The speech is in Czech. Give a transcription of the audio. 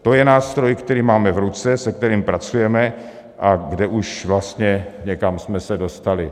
To je nástroj, který máme v ruce, se kterým pracujeme, a kde už vlastně někam jsme se dostali.